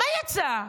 מה יצא?